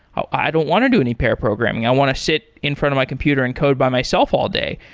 i i don't want to do any pair programming. i want to sit in front of my computer and code by myself all day.